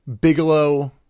Bigelow